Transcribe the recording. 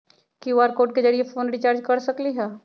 QR code के जरिय phone recharge कर सकली ह?